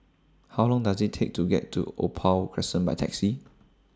How Long Does IT Take to get to Opal Crescent By Taxi